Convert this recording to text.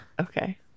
Okay